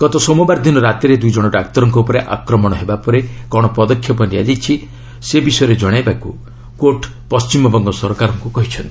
ଗତ ସୋମବାର ଦିନ ରାତିରେ ଦୁଇ ଜଣ ଡାକ୍ତରଙ୍କ ଉପରେ ଆକ୍ରମଣ ହେବା ପରେ କ'ଣ ପଦକ୍ଷେପ ନିଆଯାଇଛି ସେ ବିଷୟରେ ଜଣାଇବାକୁ କୋର୍ଟ୍ ପଣ୍ଟିମବଙ୍ଗ ସରକାରଙ୍କୁ କହିଛନ୍ତି